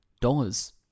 dollars